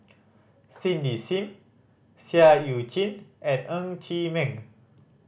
Cindy Sim Seah Eu Chin and Ng Chee Meng